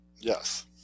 Yes